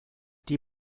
die